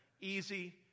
easy